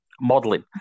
modeling